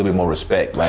more respect. like